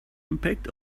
impact